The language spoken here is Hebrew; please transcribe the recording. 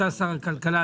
אתה שר הכלכלה.